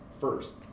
first